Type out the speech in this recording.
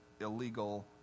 illegal